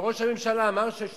ראש הממשלה אמר שיש